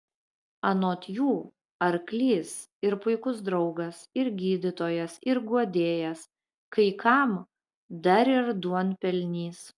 anot jų arklys ir puikus draugas ir gydytojas ir guodėjas kai kam dar ir duonpelnys